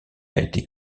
été